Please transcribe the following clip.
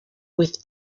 with